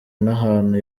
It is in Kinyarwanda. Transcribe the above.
n’ahantu